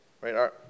right